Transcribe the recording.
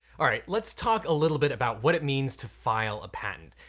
all right, let's talk a little bit about what it means to file a patent.